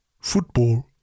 Football